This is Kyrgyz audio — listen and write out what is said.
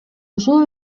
ошол